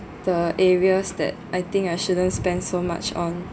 the areas that I think I shouldn't spend so much on